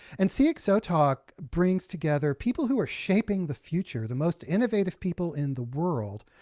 and cxotalk brings together people who are shaping the future the most innovative people in the world,